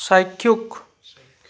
চাক্ষুষ